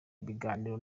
ibiganiro